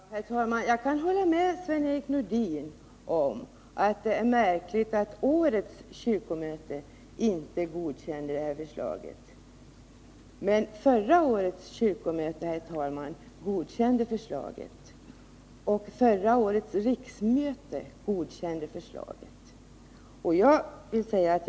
Herr talman! Jag kan hålla med Sven-Erik Nordin om att det är märkligt att årets kyrkomöte inte godkände det här förslaget. Men förra årets kyrkomöte godkände förslaget, och förra årets riksmöte godkände också förslaget.